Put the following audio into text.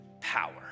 power